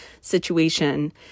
situation